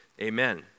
amen